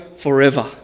Forever